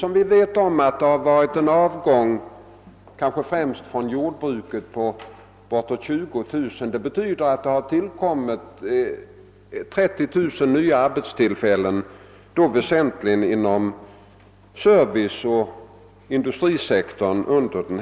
Samtidigt har det ägt rum en avgång från jordbruket med bortåt 20 000 personer. Det betyder att 30 000 nya arbetstillfällen tillkommit under denna tid, väsentligen inom serviceoch industrisektorerna.